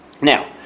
Now